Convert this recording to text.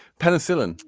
penicillin.